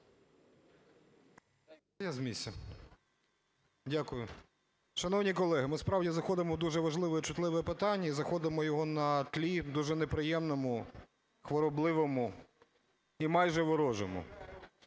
– з місця. Дякую. Шановні колеги, ми справді заходимо в дуже важливе і чутливе питання і заходимо в нього на тлі дуже неприємному, хворобливому і майже ворожому.